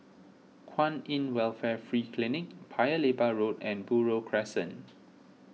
Kwan in Welfare Free Clinic Paya Lebar Road and Buroh Crescent